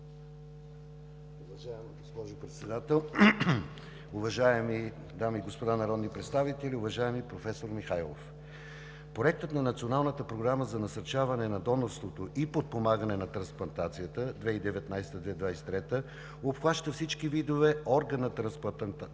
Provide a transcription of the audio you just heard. Уважаема госпожо Председател, уважаеми дами и господа народни представители, уважаеми професор Михайлов! Проектът на Националната програма за насърчаване на донорството и подпомагане на трансплантацията 2019 – 2023 г. обхваща всички видове органи на трансплантация